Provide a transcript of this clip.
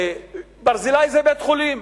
"ברזילי" זה בית-חולים,